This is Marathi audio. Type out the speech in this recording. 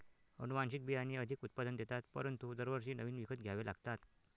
अनुवांशिक बियाणे अधिक उत्पादन देतात परंतु दरवर्षी नवीन विकत घ्यावे लागतात